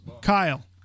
Kyle